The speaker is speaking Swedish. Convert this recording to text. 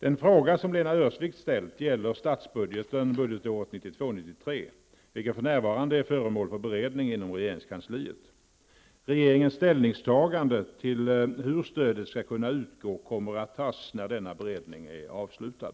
Den fråga som Lena Öhrsvik ställt gäller statsbudgeten budgetåret 1992/93, vilken för närvarande är föremål för beredning inom regeringskansliet. Regeringens ställningstaganden beträffande hur stödet skall utgå kommer att tas när denna beredning är avslutad.